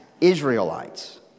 Israelites